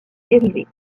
dérivés